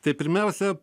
tai pirmiausia